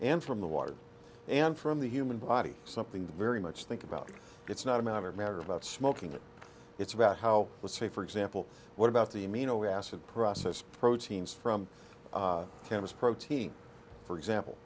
and from the water and from the human body something very much think about it's not a matter of matter about smoking it it's about how to say for example what about the amino acid process proteins from chemists protein for example